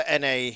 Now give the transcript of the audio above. Na